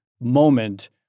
moment